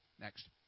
Next